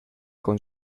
con